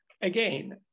again